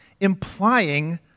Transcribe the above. implying